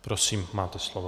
Prosím, máte slovo.